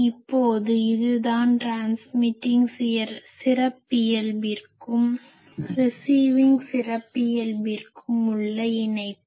இப்போது இதுதான் ட்ரான்ஸ்மிட்டிங் சிறப்பியல்பிற்கும் ரிசிவிங் சிறப்பியல்பிற்கும் உள்ள இணைப்பு